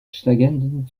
schlagenden